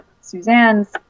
Suzanne's